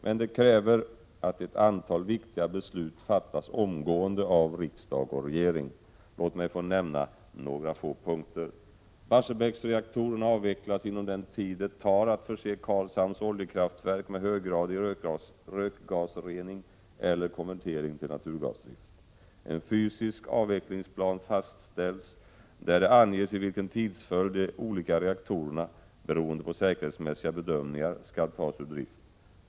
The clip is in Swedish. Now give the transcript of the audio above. Men det kräver att ett antal viktiga beslut fattas omgående av riksdag och regering. Låt mig få nämna bara några få punkter. e Barsebäcksreaktorerna avvecklas inom den tid det tar att förse Karlshamns oljekraftverk med höggradig rökgasrening eller konvertering till naturgasdrift. e En fysisk avvecklingsplan fastställs där det anges i vilken tidsföljd de olika reaktorerna, beroende på säkerhetsmässiga bedömningar, skall tas ur drift.